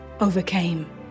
overcame